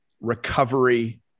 recovery